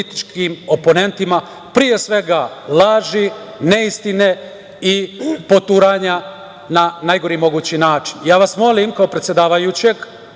političkim oponentima, pre svega laži, neistine i poturanja na najgori mogući način. Ja vas molim, kao predsedavajućeg,